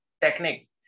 technique